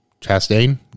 Chastain